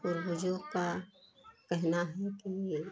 पूर्वजों का कहना है कि ये